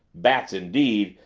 bats indeed!